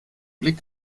blick